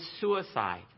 suicide